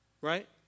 Right